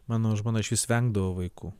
mano žmona išvis vengdavo vaikų